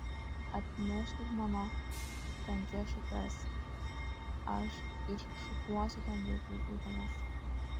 atneškit mano tankias šukas aš iššukuosiu tam vaikui utėles